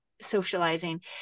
socializing